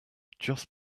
just